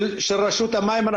של רשות המים.